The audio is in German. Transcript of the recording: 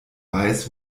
weiß